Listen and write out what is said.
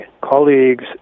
colleagues